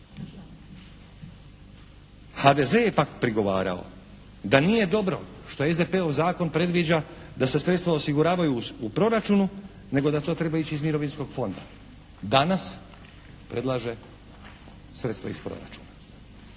HDZ je pak prigovarao da nije dobro što SDP-ov zakon predviđa se sredstva osiguravaju u proračunu nego da to treba ići iz Mirovinskog fonda. Danas predlaže sredstva iz proračuna.